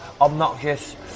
obnoxious